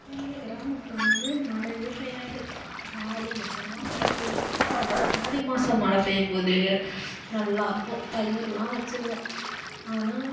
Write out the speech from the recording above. எங்கள் கிராமத்தில் வந்து மழையே பெய்யாது ஆடி மாதம்தான் மழ பெய்யும் அந்த ஆடி மாதம் மழ பெய்யும்போது நல்லாருக்கும் பயிர் எல்லாம் வச்சுருவோம் ஆனால்